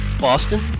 Boston